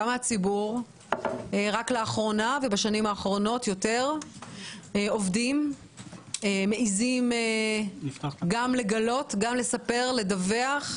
מהציבור רק לאחרונה ובשנים האחרונות יותר עובדים מעזים גם לספר ולדווח,